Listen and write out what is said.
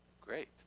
great